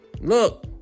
Look